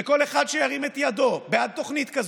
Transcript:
וכל אחד שירים את ידו בעד תוכנית כזאת,